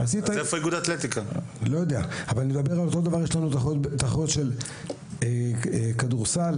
יש לנו תחרות של כדורסל,